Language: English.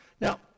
Now